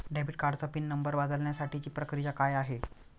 Debit कार्डचा PIN number बदलण्यासाठीची प्रक्रिया काय आहे?